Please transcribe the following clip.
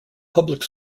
public